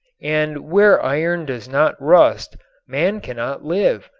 and where iron does not rust man cannot live,